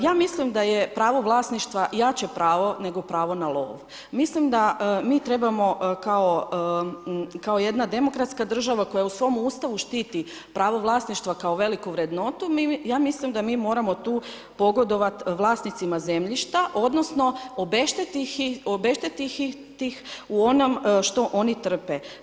Ja mislim da je pravo vlasništva jače pravo nego pravo na lov, mislim da mi trebamo kao jedna demokratska država koja u svom Ustavu štiti pravo vlasništva kao veliku vrednotu, ja mislim da mi moramo tu pogodovat vlasnicima zemljišta odnosno obeštetiti ih u onom što oni trpe.